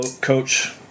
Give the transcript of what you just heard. coach